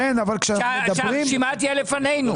כשהרשימה תהיה לפנינו.